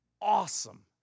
awesome